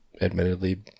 admittedly